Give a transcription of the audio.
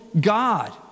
God